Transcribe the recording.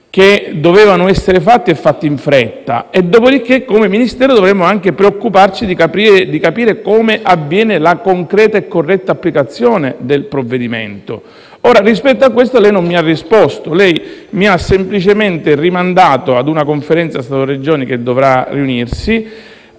che dovevano essere fatti in fretta. Come Ministero dovremmo anche preoccuparci di capire come avviene la concreta e corretta applicazione del provvedimento. Rispetto a questo lei non mi ha risposto. Mi ha semplicemente rimandato a una Conferenza tra Stato e Regioni, che dovrà riunirsi,